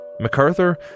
MacArthur